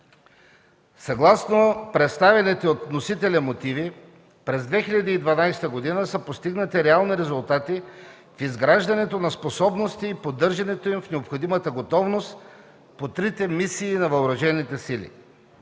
Съгласно представените от вносителя мотиви, през 2012 г. са постигнати реални резултати в изграждането на способности и поддържането им в необходимата готовност по трите мисии на въоръжените сили.